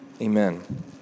Amen